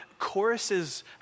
Choruses